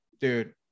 Dude